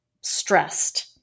stressed